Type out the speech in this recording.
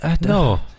No